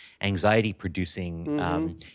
anxiety-producing